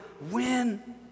win